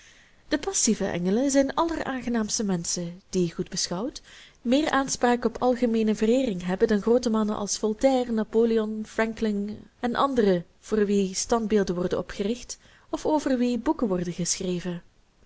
de passive engelen zijn alleraangenaamste menschen die goed beschouwd meer aanspraak op algemeene vereering hebben dan groote mannen als voltaire napoleon franklin e a voor wie standbeelden worden opgericht of over wie boeken worden geschreven